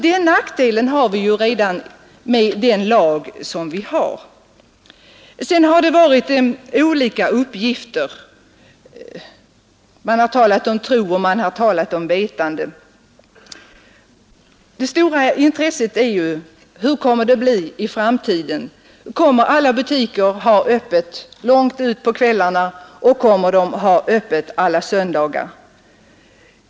Den nackdelen finns ju redan med nuvarande lag. Här har lämnats olika uppgifter. Man har talat om tro, och man har talat om vetande. Det stora intresset tilldrar sig ju frågan: Hur kommer det att bli i framtiden? Kommer alla butiker att ha öppet långt fram på kvällarna, och kommer de att ha öppet alla söndagar?